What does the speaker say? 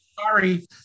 Sorry